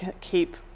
keep